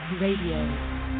Radio